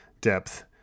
depth